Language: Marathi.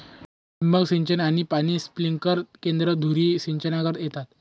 ठिबक सिंचन आणि पाणी स्प्रिंकलर केंद्रे धुरी सिंचनातर्गत येतात